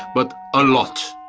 but a lot.